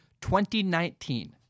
2019